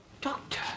Doctor